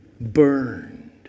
burned